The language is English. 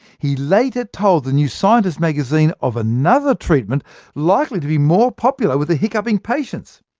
he later told the new scientist magazine of another treatment likely to be more popular with the hiccupping patients.